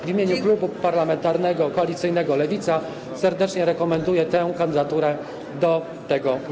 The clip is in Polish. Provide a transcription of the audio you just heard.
W imieniu klubu parlamentarnego koalicyjnego Lewica serdecznie rekomenduję tę kandydaturę na ten urząd.